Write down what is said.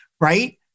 Right